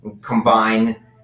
combine